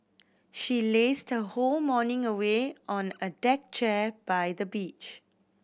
she lazed her whole morning away on a deck chair by the beach